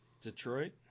Detroit